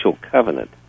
covenant